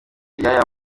yaya